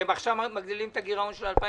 אתם עכשיו מגדילים את הגירעון של 2021